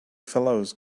fellows